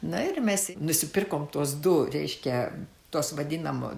na ir mes nusipirkome tuos du reiškia tuos vadinamus